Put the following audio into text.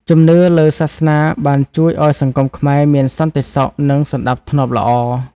ជំនឿលើសាសនាបានជួយឱ្យសង្គមខ្មែរមានសន្តិសុខ និងសណ្តាប់ធ្នាប់ល្អ។